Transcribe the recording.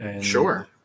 Sure